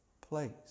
place